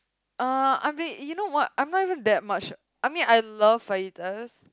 uh I mean you know what I'm not even that much I mean I love fajitas